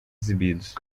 exibidos